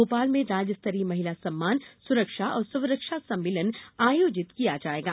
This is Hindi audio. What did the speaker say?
भोपाल में राज्य स्तरीय महिला सम्मान सुरक्षा और स्वरक्षा सम्मेलन आयोजित किया जायेगा